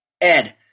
Ed